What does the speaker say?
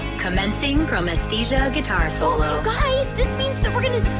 commencing chromesthesia guitar solo guys, this means that we're going to